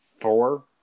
four